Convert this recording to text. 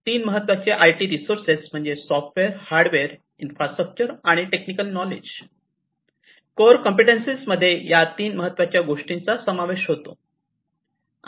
तीन महत्त्वाचे IT resources म्हणजे सॉफ्टवेअर हार्डवेअर इन्फ्रास्ट्रक्चर आणि टेक्निकल नॉलेज कोअर कॉम्पिटन्सीसमध्ये या तीन महत्त्वाच्या गोष्टींचा समावेश होतो